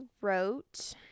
wrote